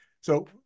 So-